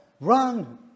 run